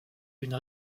une